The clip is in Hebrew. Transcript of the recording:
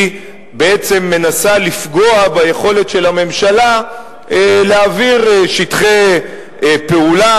היא בעצם מנסה לפגוע ביכולת של הממשלה להעביר שטחי פעולה,